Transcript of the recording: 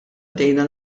bdejna